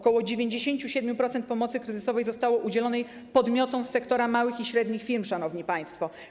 Ok. 97% pomocy kryzysowej zostało udzielonej podmiotom z sektora małych i średnich firm, szanowni państwo.